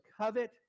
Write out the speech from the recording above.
covet